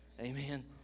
Amen